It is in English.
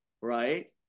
right